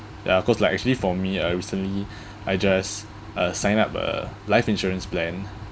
ya cause like actually for me I recently I just uh sign up a life insurance plan